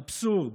אבסורד.